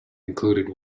included